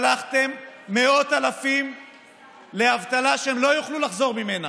שלחתם מאות אלפים לאבטלה שהם לא יוכלו לחזור ממנה,